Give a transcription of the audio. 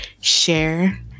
share